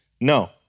No